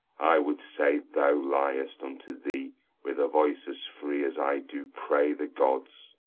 i would say, thou liest unto thee with a voice as free as i do pray the gods.